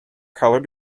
color